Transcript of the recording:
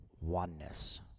oneness